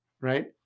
right